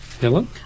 Helen